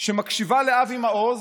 שמקשיבה לאבי מעוז